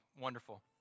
Wonderful